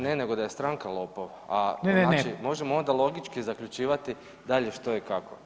Ne, nego da je stranka lopov, a to znači možemo [[Upadica: Ne, ne, ne.]] onda logički zaključivati dalje što i kako.